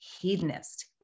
hedonist